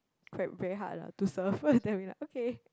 tried very hard lah to surf then we're like okay